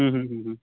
ಹ್ಞೂ ಹ್ಞೂ ಹ್ಞೂ ಹ್ಞೂ